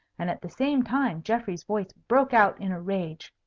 and at the same time geoffrey's voice broke out in rage.